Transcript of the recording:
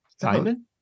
simon